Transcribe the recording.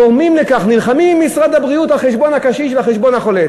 גורמים לכך ונלחמים עם משרד הבריאות על חשבון הקשיש ועל חשבון החולה.